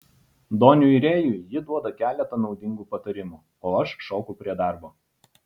doniui rėjui ji duoda keletą naudingų patarimų o aš šoku prie darbo